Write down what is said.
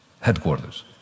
headquarters